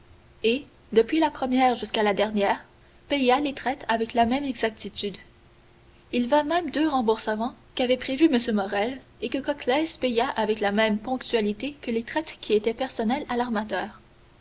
et depuis la première jusqu'à la dernière paya les traites avec la même exactitude il vint même deux remboursements qu'avait prévus m morrel et que coclès paya avec la même ponctualité que les traites qui étaient personnelles à l'armateur